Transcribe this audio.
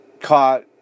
caught